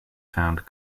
found